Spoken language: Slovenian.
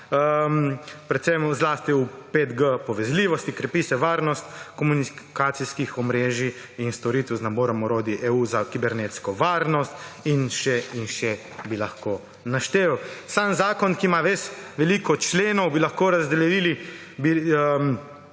predvsem zlasti v 5G povezljivosti, krepi se varnost komunikacijskih omrežij in storitev z naborom orodij EU za kibernetsko varnost in še in še bi lahko naštel. Sam zakon, ki ima veliko členov, bi lahko razdelili